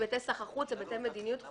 היבטי סחר חוץ והיבטי מדיניות חוץ.